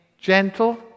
Gentle